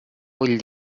vull